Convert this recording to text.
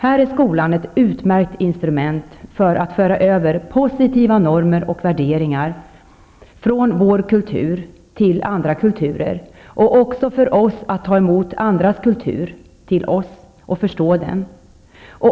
Här är skolan ett utmärkt instrument för att föra över positiva normer och värderingar från vår kultur till andra kulturer och även för oss att ta emot andras kulturer och förstå dem.